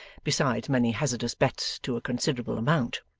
besides many hazardous bets to a considerable amount.